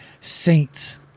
Saints